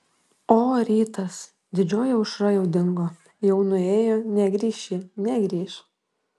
o rytas didžioji aušra jau dingo jau nuėjo negrįš ji negrįš